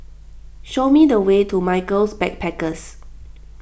show me the way to Michaels Backpackers